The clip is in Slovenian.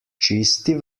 čisti